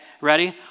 Ready